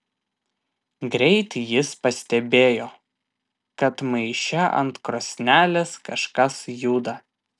greit jis pastebėjo kad maiše ant krosnelės kažkas juda